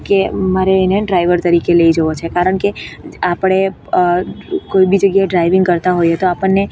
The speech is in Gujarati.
કે મારે એને ડ્રાઇવર તરીકે લઈ જવો છે કારણ કે આપણે કોઈ બી જગ્યાએ ડ્રાઇવિંગ કરતાં હોઈએ તો આપણને